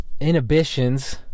inhibitions